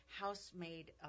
house-made